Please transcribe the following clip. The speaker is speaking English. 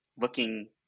looking